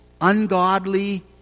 ungodly